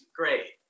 great